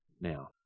now